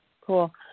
cool